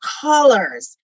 colors